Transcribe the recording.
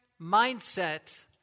mindset